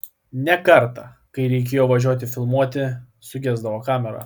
ne kartą kai reikėjo važiuoti filmuoti sugesdavo kamera